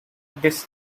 this